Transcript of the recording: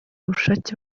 ubushake